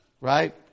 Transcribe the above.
Right